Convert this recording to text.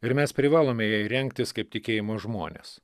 ir mes privalome jai rengtis kaip tikėjimo žmonės